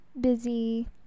busy